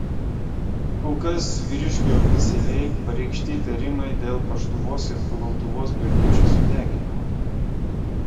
kol kas vyriškiui oficialiai pareikšti įtarimai dėl paštuvos ir kulautuvos bažnyčių sudeginimo